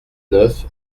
neuf